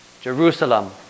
Jerusalem